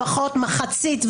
לפחות מחצית,